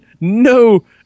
no